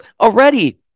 already